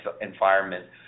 environment